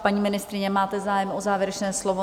Paní ministryně, máte zájem o závěrečné slovo?